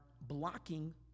blocking